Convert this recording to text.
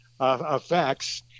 effects